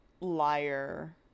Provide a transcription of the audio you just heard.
liar